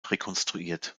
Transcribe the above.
rekonstruiert